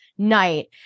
Night